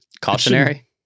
cautionary